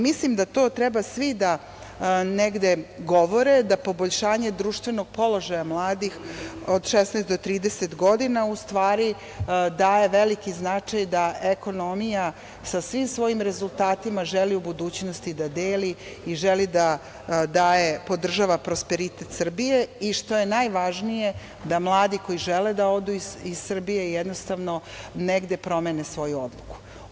Mislim da to treba svi da govore da poboljšanje društvenog položaja mladih od 16 do 30 godina, u stvari daje veliki značaj da ekonomija sa svim svojim rezultatima želi u budućnosti da deli i želi da daje, podržava prosperitet Srbije i što je najvažnije da mladi koji žele da odu iz Srbije jednostavno negde promene svoju odluku.